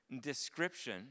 description